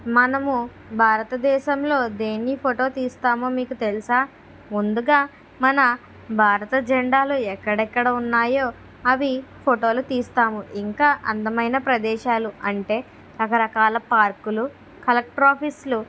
మనము భారతదేశంలో దేన్నీ ఫోటో తీస్తామో మీకు తెలుసా ముందుగా మన భారత జెండాలు ఎక్కడెక్కడ ఉన్నాయో అవి ఫోటోలు తీస్తాము ఇంకా అందమైన ప్రదేశాలు అంటే రకరకాల పార్కులు కలెక్టర్ ఆఫీస్లు